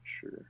sure